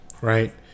right